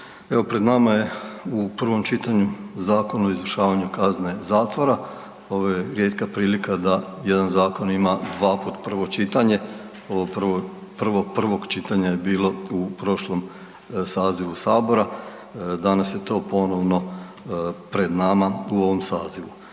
pred nama je u prvom čitanju Zakon o izvršavanju kazne zatvora. Ovo je rijetka prilika da jedan zakon ima 2 puta prvo čitanje, ovo prvo prvog čitanja je bilo u prošlom sazivu sabora, danas je to ponovno pred nama u ovom sazivu.